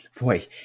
boy